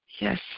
Yes